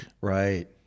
Right